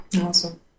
Awesome